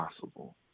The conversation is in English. possible